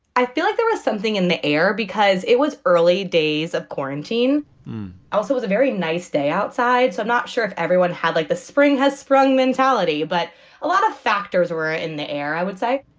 i feel like there is something in the air because it was early days of quarantine. i also was a very nice day outside, so i'm not sure if everyone had like the spring has sprung mentality, but a lot of factors were in the air, i would say